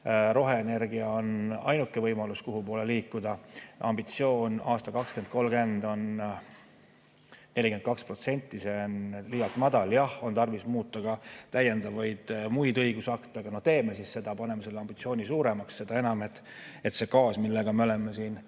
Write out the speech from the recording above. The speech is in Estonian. roheenergia on ainuke võimalus, kuhu poole liikuda, aga ambitsioon aastal 2030 on vaid 42% –, [pole arvestatud]. See on liialt madal. Jah, on tarvis muuta ka täiendavalt muid õigusakte, aga teeme siis seda, paneme selle ambitsiooni suuremaks. Seda enam, et see gaas, millega me oleme siin